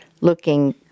looking